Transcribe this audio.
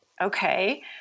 okay